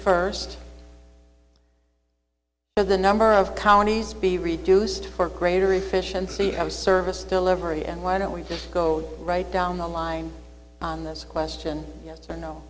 first but the number of counties be reduced for greater efficiency have a service delivery and why don't we just go right down the line on this question yes or no